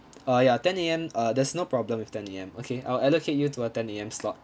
uh ya ten A_M uh there's no problem with ten A_M okay I'll allocate you to a ten A_M slot